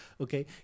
okay